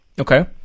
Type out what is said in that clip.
Okay